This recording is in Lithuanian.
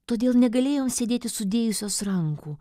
todėl negalėjau sėdėti sudėjusios rankų